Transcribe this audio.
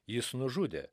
jis nužudė